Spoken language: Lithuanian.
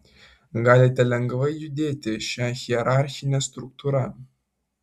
galite lengvai judėti šia hierarchine struktūra